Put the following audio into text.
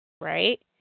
Right